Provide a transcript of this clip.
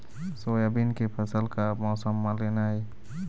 Soybean के फसल का मौसम म लेना ये?